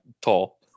tall